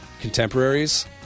contemporaries